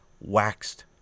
waxed